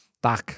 Tak